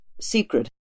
secret